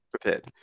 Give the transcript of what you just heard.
prepared